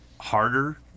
harder